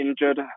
injured